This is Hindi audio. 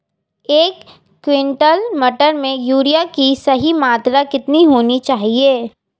एक क्विंटल मटर में यूरिया की सही मात्रा कितनी होनी चाहिए?